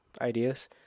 ideas